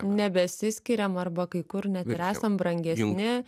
nebesiskiriam arba kai kur net ir esam brangesni